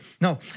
No